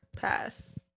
Pass